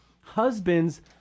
Husbands